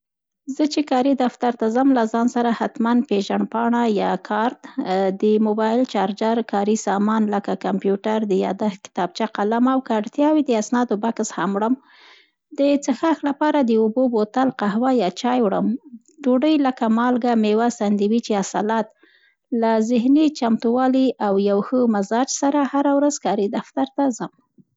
زه چي کاري ته ځم له ځان سره حتمن پېژندپاڼه/کارډ، موبایل، چارجر، کاري سامان، لکه: کمپیوټر، د یادښت کتابچه، قلم او که اړتیا وي د اسنادو بکس هم وړم. د څښاک لپاره د اوبو بوتل، قهوه یا چای وړم. ډوډۍ، لکه: مېوه، سنډویچ یا سلاد. له ذهنی چمتووالی او یو ښه مزاج سره، هر ورځ کاري دفتر ته ځم.